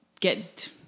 get